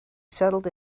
settled